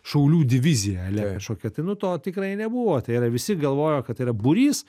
šaulių divizija ale kažkokia tai nu to tikrai nebuvo tai yra visi galvojo kad tai yra būrys